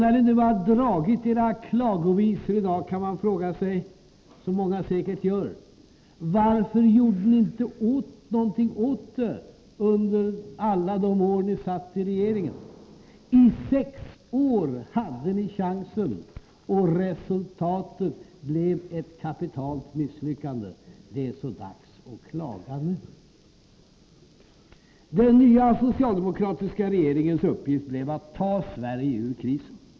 När ni nu har dragit era klagovisor i dag kan man fråga sig, som många säkert gör: Varför gjorde ni inte något åt det under alla de år då ni satt i regeringen? I sex år hade ni chansen, och resultatet blev ett kapitalt misslyckande. Det är så dags att klaga nu! Den nya socialdemokratiska regeringens uppgift blev att ta Sverige ur krisen.